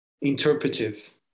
interpretive